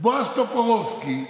בועז טופורובסקי,